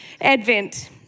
Advent